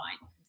fine